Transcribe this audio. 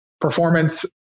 performance